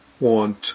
want